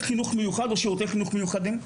חינוך מיוחד או שירותי חינוך מיוחדים?